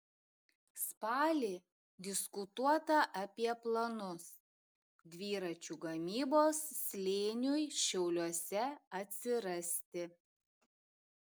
spalį diskutuota apie planus dviračių gamybos slėniui šiauliuose atsirasti